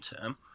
term